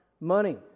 money